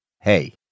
Hey